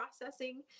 processing